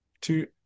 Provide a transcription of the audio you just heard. two